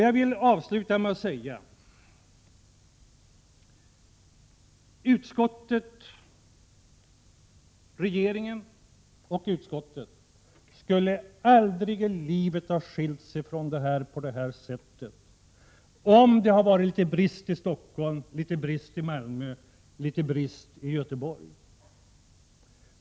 Jag vill avsluta med att säga: Regeringen och utskottet skulle aldrig ha skilt sig från ärendet på det här sättet om det hade varit någon liten brist på läkare i Stockholm, i Malmö eller i Göteborg.